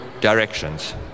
Directions